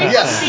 Yes